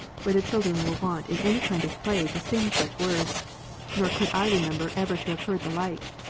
whether children were wont in any kind of play to sing such words nor could i remember ever to have heard the like.